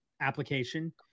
application